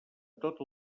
tot